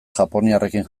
japoniarrekin